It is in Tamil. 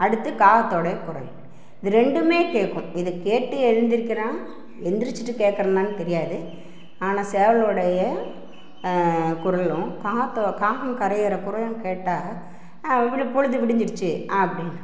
அடுத்து காகத்துடைய குரல் இது ரெண்டுமே கேட்கும் இது கேட்டு எந்திரிக்கிறோம் எந்திரிச்சுட்டு கேட்குறானானு தெரியாது ஆனால் சேவலுடைய குரலும் காகத்தோ காகம் கரைகிற குரலும் கேட்டா விழு பொழுது விடிஞ்சிருச்சு அப்படினு